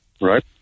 right